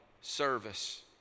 service